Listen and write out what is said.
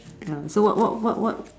ya so what what what what